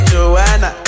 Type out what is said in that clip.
Joanna